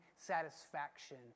satisfaction